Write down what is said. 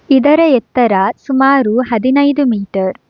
ಇದರ ಎತ್ತರ ಸುಮಾರು ಹದಿನೈದು ಮೀಟರ್